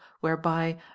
whereby